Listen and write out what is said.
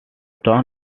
town